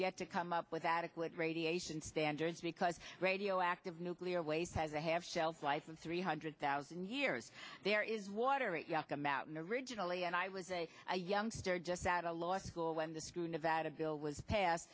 yet to come up with adequate radiation standards because radioactive nuclear waste has a half shelf life of three hundred thousand years there is water at yucca mountain originally and i was a youngster just that a law school when the screw nevada bill was passed